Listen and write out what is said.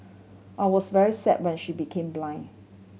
I was very sad when she became blind